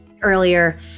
earlier